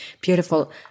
Beautiful